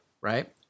right